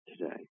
today